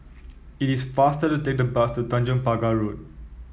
it is faster to take the bus to Tanjong Pagar Road